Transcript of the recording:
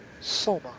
SOMA